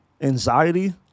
Anxiety